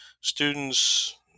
students